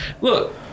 look